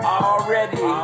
already